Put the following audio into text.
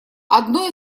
одно